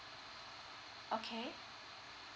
okay